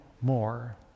more